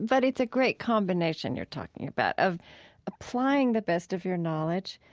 but it's a great combination you're talking about, of applying the best of your knowledge,